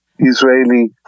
Israeli